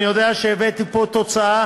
אני יודע שהבאתי פה תוצאה